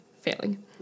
failing